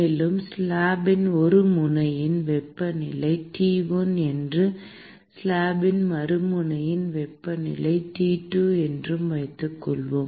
மேலும் ஸ்லாப்பின் ஒரு முனையின் வெப்பநிலை T1 என்றும் ஸ்லாப்பின் மறுமுனையின் வெப்பநிலை T2 என்றும் வைத்துக்கொள்வோம்